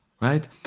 right